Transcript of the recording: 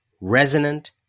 resonant